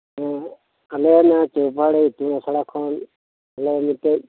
ᱟᱞᱮ ᱱᱚᱣᱟ ᱪᱳᱯᱟᱦᱟᱲᱤ ᱤᱛᱩᱱ ᱟᱥᱲᱟ ᱠᱷᱚᱱ ᱟᱞᱮ ᱢᱤᱫᱴᱮᱱ